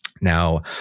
Now